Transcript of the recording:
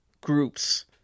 groups